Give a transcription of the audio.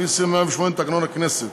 לפי סעיף 108 לתקנון הכנסת.